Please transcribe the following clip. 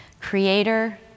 creator